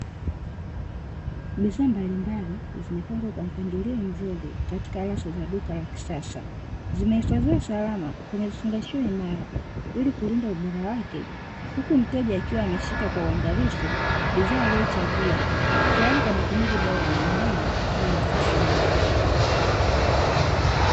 Bidhaa mbalimbali zimepangwa kwa mpangilio mzuri katika rafu za duka la kisasa, zifadhiwa salama, kwenye vifungashio imara ili kulinda ubora wake, huku mteja akiwa ameshika kwa uangalifu bidhaa aliyo ichagua kwa tayari matumizi bora ya nyumbani au ofisini.